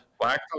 Black